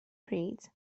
pryd